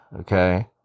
okay